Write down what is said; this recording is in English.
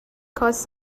costs